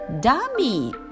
Dummy